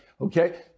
Okay